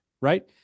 right